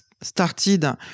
started